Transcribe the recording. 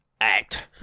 act